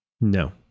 No